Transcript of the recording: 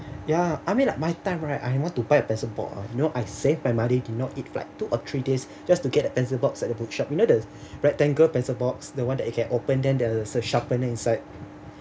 ya I mean like my time right I want to buy a pencil box ah you know I saved my money to not eat like two or three days just to get a pencil box at the bookshop you know the rectangle pencil box the one that you can open then there's a sharpener inside